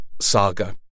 saga